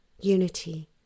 unity